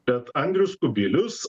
bet andrius kubilius